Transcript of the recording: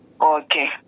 Okay